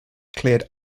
cleared